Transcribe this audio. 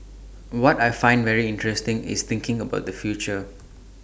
what I find very interesting is thinking about the future